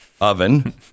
oven